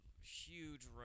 huge